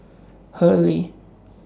Hurley